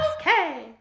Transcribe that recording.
okay